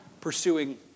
pursuing